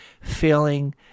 feeling